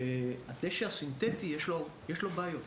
שלדשא הסינטטי יש בעיות.